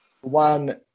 One